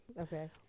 Okay